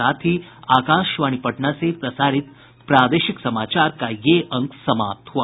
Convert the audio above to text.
इसके साथ ही आकाशवाणी पटना से प्रसारित प्रादेशिक समाचार का ये अंक समाप्त हुआ